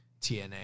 TNA